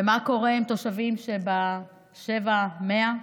ומה קורה עם תושבים שב-7 100?